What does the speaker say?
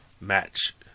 match